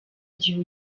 gihe